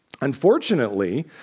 Unfortunately